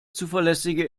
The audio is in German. zuverlässige